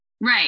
Right